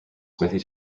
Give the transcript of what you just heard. smithy